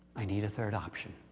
i need a third option,